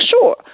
sure